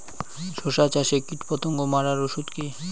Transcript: শসা চাষে কীটপতঙ্গ মারার ওষুধ কি?